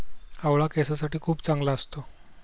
आवळा केसांसाठी खूप चांगला असतो